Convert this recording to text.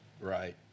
Right